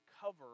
cover